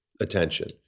attention